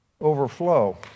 overflow